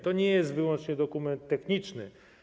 To nie jest wyłącznie dokument techniczny.